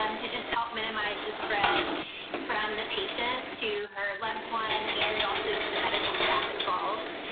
um to just help minimize the spread from the patient to her loved one and also to the medical staff involved.